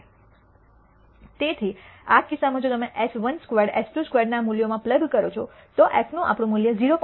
તેથી આ કિસ્સામાં જો તમે એસ 1 સ્ક્વેર્ડ એસ 2 સ્ક્વેર્ડનું ના મૂલ્યોમાં પ્લગ કરો છો તો f નું આપણું મૂલ્ય 0